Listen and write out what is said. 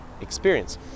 experience